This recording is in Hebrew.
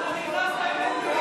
לאן הגעתם.